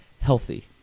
healthy